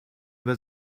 über